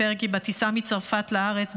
סיפר כי בטיסה מצרפת לארץ,